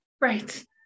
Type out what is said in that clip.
Right